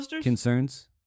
concerns